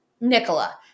Nicola